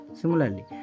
similarly